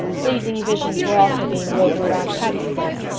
pleasing visions were also being woven around patty's place.